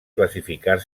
classificar